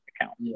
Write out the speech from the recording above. account